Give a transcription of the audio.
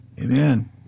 Amen